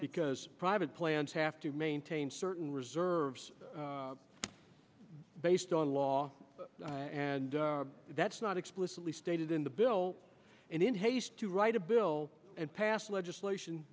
because private plans have to maintain certain reserves based on law and that's not explicitly stated in the bill and in haste to write a bill and pass legislation